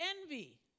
envy